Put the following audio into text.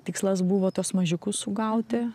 tikslas buvo tuos mažiukus sugauti